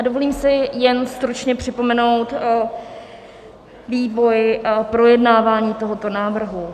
Dovolím si jen stručně připomenout vývoj projednávání tohoto návrhu.